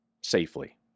safely